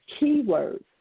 keywords